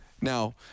Now